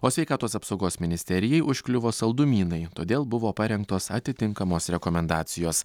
o sveikatos apsaugos ministerijai užkliuvo saldumynai todėl buvo parengtos atitinkamos rekomendacijos